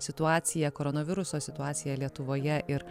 situacija koronaviruso situacija lietuvoje ir